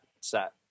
set